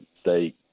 state